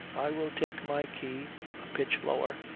i will take my key a pitch lower,